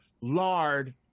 lard